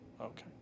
Okay